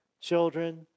children